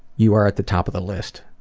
you are at the top of the list.